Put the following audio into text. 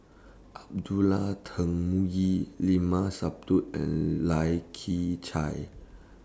Abdullah Tarmugi Limat Sabtu and Lai Kew Chai